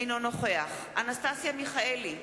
אינו נוכח אנסטסיה מיכאלי,